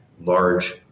large